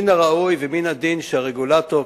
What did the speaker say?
מן הראוי ומן הדין שהרגולטור,